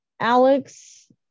Alex